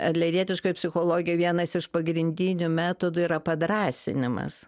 adlerietiškoj psichologijoj vienas iš pagrindinių metodų yra padrąsinimas